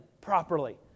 properly